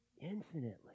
Infinitely